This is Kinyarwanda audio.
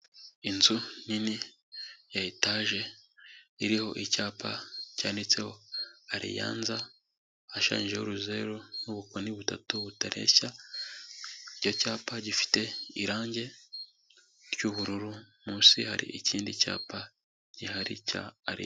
Inzu nini ya etaje, iriho icyapa cyanditseho ariyanza, hashushanyijeho uruzeru n'ubukoni butatu butareshya, icyo cyapa gifite irangi ry'ubururu, munsi hari ikindi cyapa gihari cya.